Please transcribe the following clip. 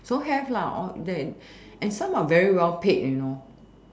so have all that and some are very well paid you know